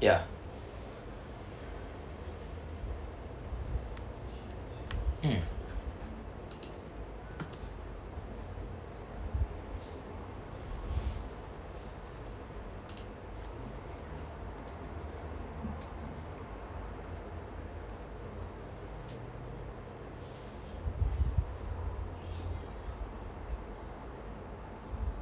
ya mm